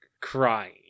crying